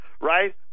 right